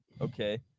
okay